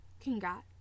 congrats